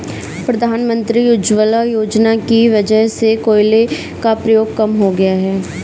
प्रधानमंत्री उज्ज्वला योजना की वजह से कोयले का प्रयोग कम हो गया है